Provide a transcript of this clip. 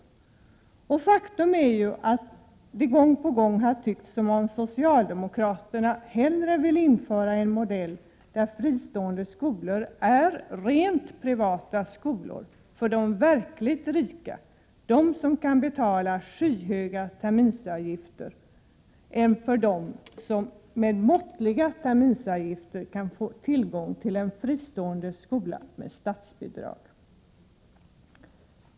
115 Faktum är att det gång på gång har verkat som om socialdemokraterna hellre vill införa en modell med fristående skolor som är rent privata skolor för de verkligt rika, för dem som kan betala skyhöga terminsavgifter, än för dem som med måttliga terminsavgifter kan få tillgång till en fristående skola med statsbidrag.